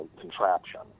contraption